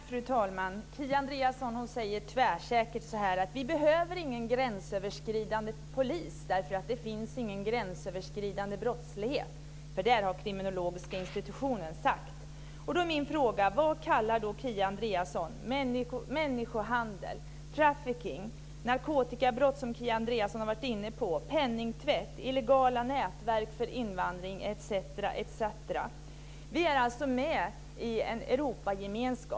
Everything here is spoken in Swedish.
Fru talman! Kia Andreasson säger tvärsäkert att vi inte behöver någon gränsöverskridande polis, eftersom det inte finns någon gränsöverskridande brottslighet - det har en kriminologisk institution sagt. Min fråga är då: Vad kallar Kia Andreasson människohandel - trafficking - narkotikabrott, som Kia Andreasson har varit inne på, penningtvätt, illegala nätverk för invandring etc.? Vi är med i en Europagemenskap.